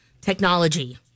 technology